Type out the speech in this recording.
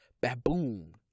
Baboon